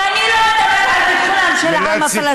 ואני לא אדבר על ביטחונו של העם הפלסטיני,